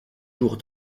jours